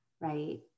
right